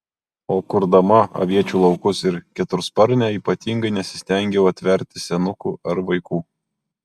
o kurdama aviečių laukus ir ketursparnę ypatingai nesistengiau atverti senukų ar vaikų